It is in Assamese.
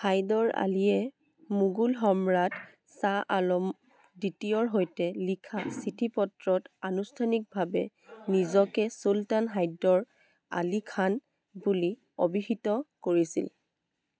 হাইদৰ আলীয়ে মোগল সম্ৰাট শ্বাহ আলম দ্বিতীয়ৰ সৈতে লিখা চিঠিপত্ৰত আনুষ্ঠানিকভাৱে নিজকে চুলতান হাইদৰ আলী খান বুলি অভিহিত কৰিছিল